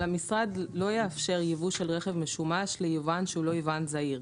אבל המשרד לא יאפשר יבוא של רכב משומש ליבואן שהוא לא יבואן זעיר.